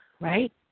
Right